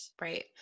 Right